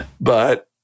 But-